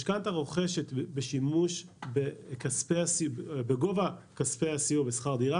משכנתה רוכשת ושימוש בגובה כספי הסיוע בשכר דירה